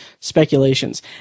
speculations